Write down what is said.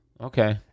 Okay